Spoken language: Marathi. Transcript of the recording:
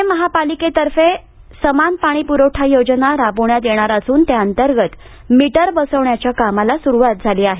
पुणे महापालिकेतर्फे समान पाणीपुरवठा योजना राबवण्यात येणार असून त्या अंतर्गत मीटर बसवण्याच्या कामाला सुरुवात झाली आहे